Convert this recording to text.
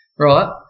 Right